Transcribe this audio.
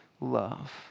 love